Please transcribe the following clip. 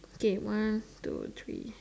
okay one two three